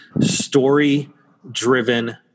story-driven